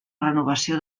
renovació